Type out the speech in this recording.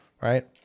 right